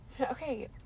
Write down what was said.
Okay